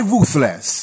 Ruthless